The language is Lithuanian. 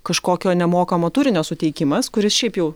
kažkokio nemokamo turinio suteikimas kuris šiaip jau